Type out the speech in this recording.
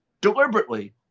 deliberately